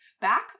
back